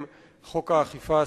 בבקשה.